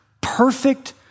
perfect